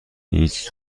هیچ